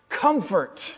comfort